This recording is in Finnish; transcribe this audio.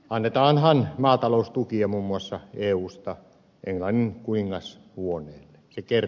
annetaanhan maataloustukia muun muassa eusta englannin kuningashuoneelle